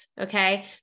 okay